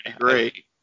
great